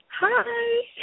Hi